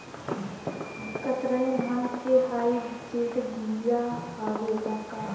कतरनी धान क hybrid बिया आवेला का?